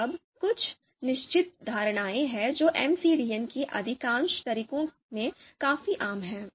अब कुछ निश्चित धारणाएँ हैं जो एमसीडीएम के अधिकांश तरीकों में काफी आम हैं